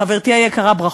חברתי היקרה, ברכות.